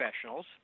professionals